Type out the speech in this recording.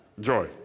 joy